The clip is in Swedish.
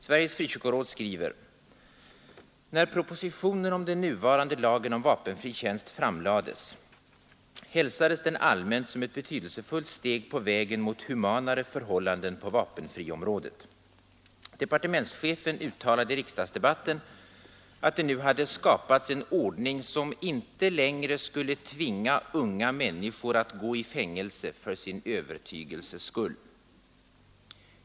Sveriges frikyrkoråd skriver: ”När propositionen om den nuvarande lagen om vapenfri tjänst framlades, hälsades den allmänt som ett betydelsefullt steg på vägen mot humanare förhållanden på vapenfriområdet. Departementschefen uttalade i riksdagsdebatten att det nu hade skapats en ordning, som inte längre skulle tvinga unga människor att gå i fängelse för sin övertygelses skull.